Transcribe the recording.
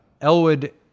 Elwood